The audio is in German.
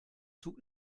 zug